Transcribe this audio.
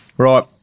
Right